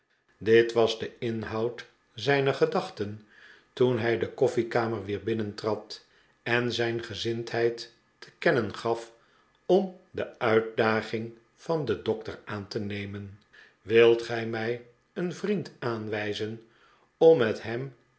dit was de inhoud zijner gedachten toen hij de koffiekamer weer binnentrad en zijn gezindheid te kennen gaf om de uitdaging van den dokter aan te nemen wilt gij mij een vriend aanwijzen om met hem